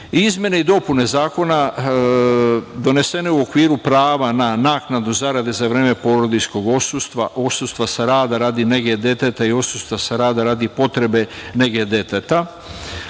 i dopune zakona donesene u okviru prava na naknadu zarade za vreme porodiljskog odsustva, odsustva sa rada radi nege deteta i odsustva sa rada radi potrebe nege deteta,